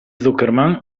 zuckerman